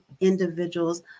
individuals